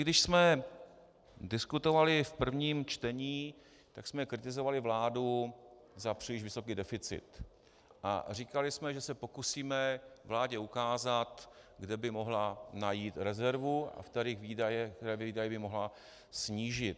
Když jsme diskutovali v prvním čtení, tak jsme kritizovali vládu za příliš vysoký deficit a říkali jsme, že se pokusíme vládě ukázat, kde by mohla najít rezervu a které výdaje by mohla snížit.